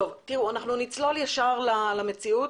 אנחנו נצלול ישר למציאות.